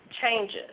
changes